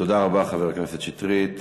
תודה רבה, חבר הכנסת שטרית.